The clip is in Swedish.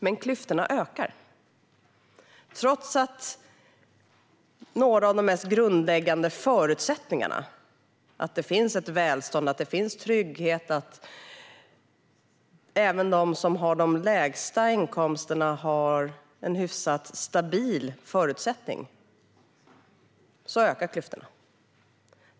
Men klyftorna ökar. Trots att några av de mest grundläggande förutsättningarna är på plats - att det finns välstånd och trygghet och att även de som har de lägsta inkomsterna har hyfsat stabila förutsättningar - ökar klyftorna.